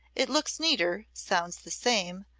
it looks neater, sounds the same,